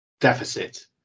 deficit